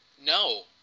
No